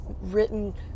written